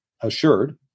assured